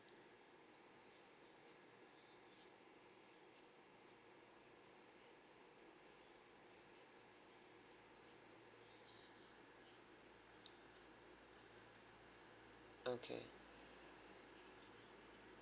okay